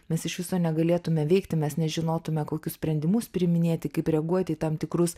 mes iš viso negalėtume veikti mes nežinotume kokius sprendimus priiminėti kaip reaguoti į tam tikrus